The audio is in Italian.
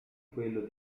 quello